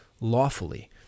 lawfully